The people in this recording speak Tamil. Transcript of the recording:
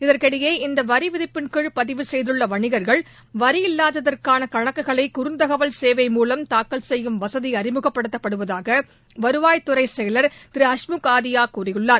இதற்கிடையே இந்த வரி விதிப்பின் கீழ் பதிவு செய்துள்ள வணிகர்கள் வரி இல்லாததற்கான கணக்குகளை குறுந்தகவல் சேவை மூவம் தாக்கல் செய்யும் வசதி அறிமுகப்படுத்தப்படுவதாக வருவாய்த்துறை செயலர் திரு ஹஸ்முக் ஆதியா கூறியுள்ளார்